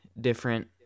different